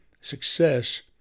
success